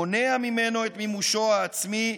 מונע ממנו את מימושו העצמי,